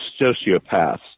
sociopaths